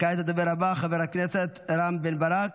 כעת הדובר הבא, חבר הכנסת רם בן ברק,